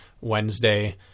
Wednesday